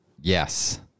Yes